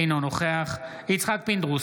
אינו נוכח יצחק פינדרוס,